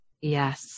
Yes